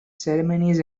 ceremonies